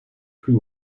plus